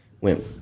Went